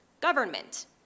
government